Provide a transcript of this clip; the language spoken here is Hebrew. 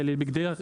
מה זה?